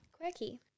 quirky